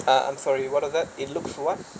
ah I'm sorry what was that it looks what